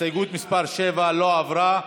הסתייגות מס' 7 לא עברה.